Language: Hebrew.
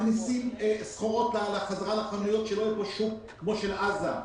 מכניסים סחורות בחזרה לחנויות שלא יהיה כאן שוק כמו בעזה,